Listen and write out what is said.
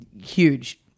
huge